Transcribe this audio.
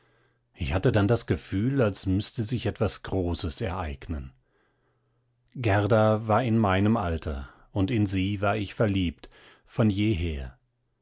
ich hatte dann das gefühl als müßte sich etwas großes ereignen gerda war in meinem alter und in sie war ich verliebt von jeher